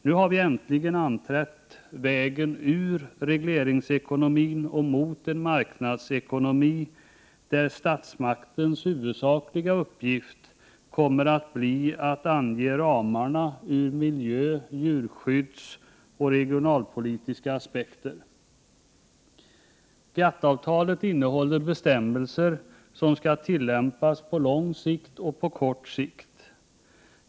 Nu har vi äntligen anträtt vägen ur regleringsekonomin och mot en marknadsekonomi, där statsmaktens huvudsakliga uppgift kommer att bli att ange ramarna ur miljöoch djurskyddsaspekter samt regionalpolitiska aspekter. GATT-avtalet innehåller bestämmelser som skall tillämpas både på lång och på kort sikt.